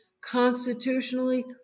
constitutionally